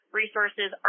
resources